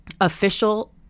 official